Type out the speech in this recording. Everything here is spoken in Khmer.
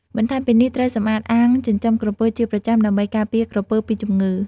បន្ថែមពីនេះត្រូវសម្អាតអាងចិញ្ចឹមក្រពើជាប្រចាំដើម្បីការពារក្រពើពីជំងឺ។